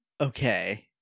Okay